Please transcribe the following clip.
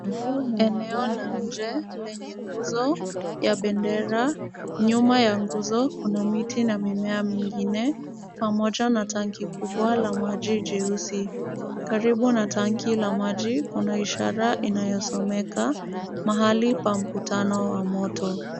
Eneo la nje lenye nguzo ya bendera. Nyuma ya nguzo kuna miti na mimea mingine pamoja na tanki kubwa la maji jeusi. Karibu na tanki la maji, kuna ishara inayosomeka mahali pa mkutano wa moto